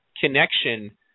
connection